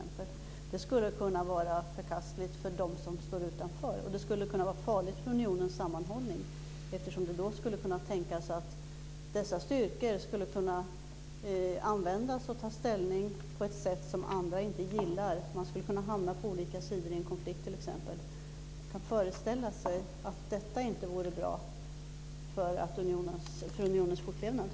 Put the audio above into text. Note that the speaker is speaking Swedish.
Men det skulle kunna vara förkastligt för dem som står utanför och farligt för unionens sammanhållning. Dessa styrkor skulle då kunna användas på ett sätt som andra inte gillar. Man skulle t.ex. kunna hamna på olika sidor i en konflikt, och detta vore inte bra för unionens fortlevnad.